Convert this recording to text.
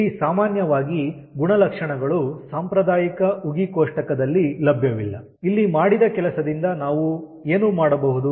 ಇಲ್ಲಿ ಸಾಮಾನ್ಯವಾಗಿ ಗುಣಲಕ್ಷಣಗಳು ಸಾಂಪ್ರದಾಯಿಕ ಉಗಿ ಕೋಷ್ಟಕದಲ್ಲಿ ಲಭ್ಯವಿಲ್ಲ ಇಲ್ಲಿ ಮಾಡಿದ ಕೆಲಸದಿಂದ ನಾವು ಏನು ಮಾಡಬಹುದು